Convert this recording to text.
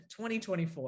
2024